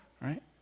right